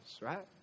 right